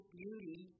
beauty